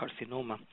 carcinoma